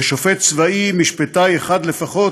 ושופט צבאי משפטאי אחד לפחות,